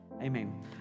Amen